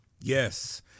yes